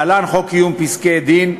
להלן: חוק קיום פסקי-דין,